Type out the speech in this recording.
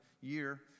year